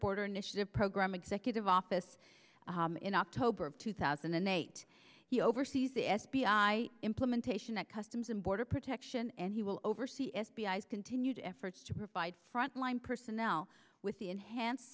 border initiative program executive office in october of two thousand and eight he oversees the f b i implementation at customs and border protection and he will oversee f b i continued efforts to provide front line personnel with the enhanced